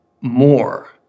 more